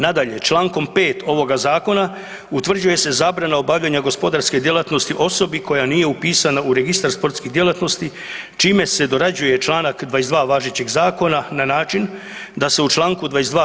Nadalje člankom 5. ovoga Zakona utvrđuje se zabrana obavljanja gospodarske djelatnosti osobi koja nije upisana u registar sportskih djelatnosti čime se dorađuje članak 22. važećeg Zakona na način da se u članku 22.